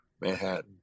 Manhattan